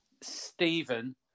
Stephen